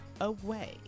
away